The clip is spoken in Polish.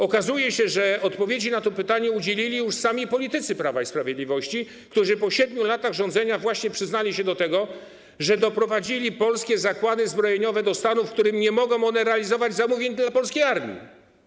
Okazuje się, że odpowiedzi na to pytanie udzielili już sami politycy Prawa i Sprawiedliwości, którzy po 7 latach rządzenia właśnie przyznali się do tego, że doprowadzili polskie zakłady zbrojeniowe do stanu, w którym nie mogą one realizować zamówień dla polskiej armii.